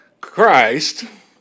Christ